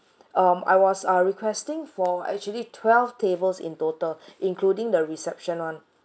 um I was uh requesting for actually twelve tables in total including the reception [one]